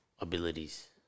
abilities